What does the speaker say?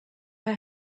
her